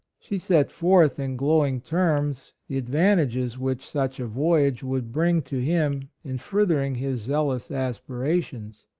she set forth, in glowing terms, the ad vantages which such a voyage would bring to him in furthering his zeal ous aspirations.